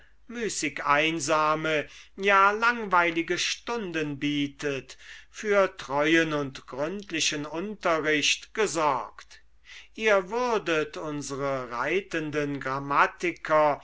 ruhige müßig einsame ja langweilige stunden bietet für treuen und gründlichen unterricht gesorgt ihr würdet unsere reitenden grammatiker